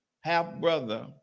half-brother